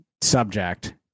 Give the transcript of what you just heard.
subject